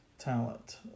talent